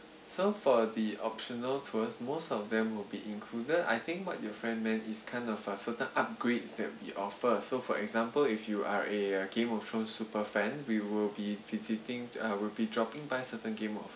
so for the optional tours most of them will be included I think what your friend meant is kind of a certain upgrades that we offer so for example if you are a game of thrones super fan we will be visiting uh we'll be dropping by certain game of